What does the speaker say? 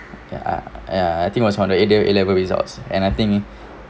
ya I think was from the A lev~ A levels results and I think